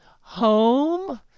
Home